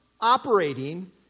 operating